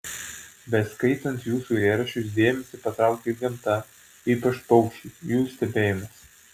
beskaitant jūsų eilėraščius dėmesį patraukia ir gamta ypač paukščiai jų stebėjimas